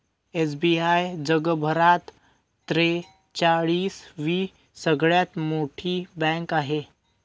SBI जगभरात त्रेचाळीस वी सगळ्यात मोठी बँक आहे